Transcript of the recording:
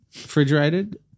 Refrigerated